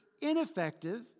ineffective